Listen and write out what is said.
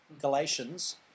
Galatians